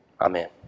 Amen